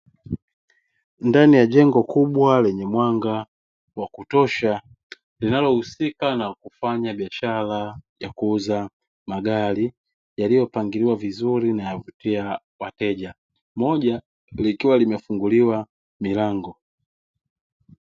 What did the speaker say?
Ndani ya jengo kubwa lenye mwanga wa kutosha linalohusika na kufanya biashara ya kuuza magari yaliyopangiliwa vizuri na kuvutia wateja, moja likiwa limefunguliwa milango.